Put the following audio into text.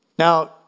Now